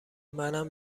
منم